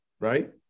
right